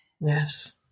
Yes